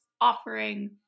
offering